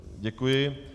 Děkuji.